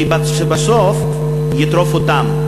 שבסוף יטרוף אותם,